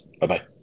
Bye-bye